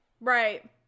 right